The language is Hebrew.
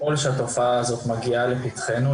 ככל שהתופעה הזאת מגיעה לפתחינו,